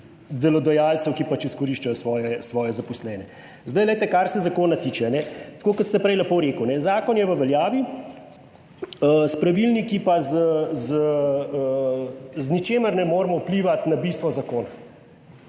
delodajalcev, ki pač izkoriščajo svoje zaposlene. Zdaj glejte, kar se zakona tiče, tako kot ste prej lepo rekel, zakon je v veljavi, s pravilniki pa z ničemer ne moremo vplivati na bistvo zakona.